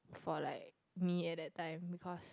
for like me at that time because